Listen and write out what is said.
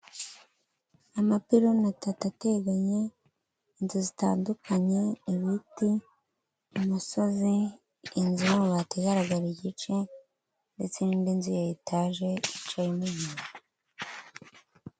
Amapironi atatu ateganye, inzu zitandukanye, ibiti, imisozi, inzu y'amabati igaragara igice, ndetse n'indi nzu ya etaje yicayemo umuntu.